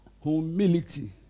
Humility